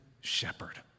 shepherd